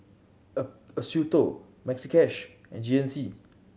a Acuto Maxi Cash and G N C